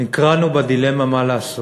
נקרענו בדילמה מה לעשות.